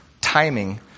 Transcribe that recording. timing